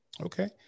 Okay